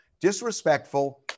disrespectful